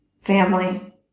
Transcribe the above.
Family